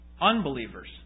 unbelievers